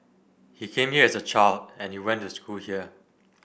he came here as a child and he went to school here